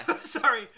sorry